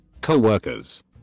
Co-workers